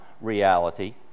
reality